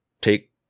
take